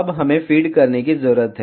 अब हमें फीड करने की जरूरत है